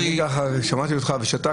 אם אני שמעתי אותך ושתקתי,